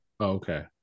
Okay